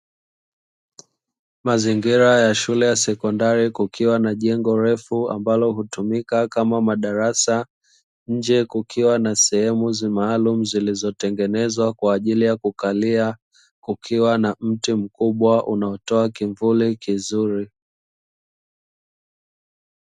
Mazingira ya shule ya sekondari kukiwa na jengo refu ambalo hutumika kama madarasa, nje kukiwa na sehemu maalumu zilizo tengenezwa kwa ajili ya kukalia, kukiwa na mti mkubwa unaotoa kivuli kizuri.